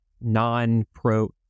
non-pro